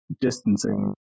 distancing